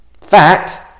Fact